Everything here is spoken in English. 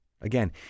Again